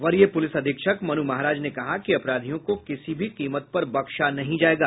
वरीय पुलिस अधीक्षक मनु महाराज ने कहा कि अपराधियों को किसी कीमत पर बख्शा नहीं जायेगा